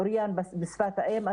אוריין בשפת האם,